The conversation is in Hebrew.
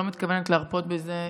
לא מתכוונת להרפות מזה,